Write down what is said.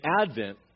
Advent